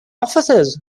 offices